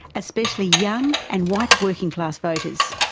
especially young and white working-class voters.